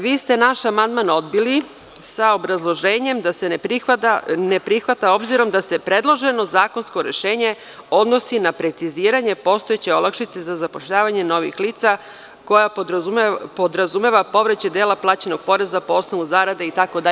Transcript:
Vi ste naš amandman odbili sa obrazloženjem da se ne prihvata, obzirom da se predloženo zakonsko rešenje odnosi na preciziranje postojećih olakšica za zapošljavanje novih lica koja podrazumeva povraćaj dela plaćenog poreza po osnovu zarade itd.